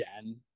again